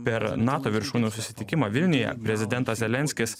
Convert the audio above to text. per nato viršūnių susitikimą vilniuje prezidentas zelenskis